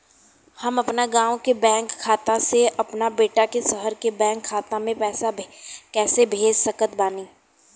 हम अपना गाँव के बैंक खाता से अपना बेटा के शहर के बैंक खाता मे पैसा कैसे भेज सकत बानी?